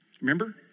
Remember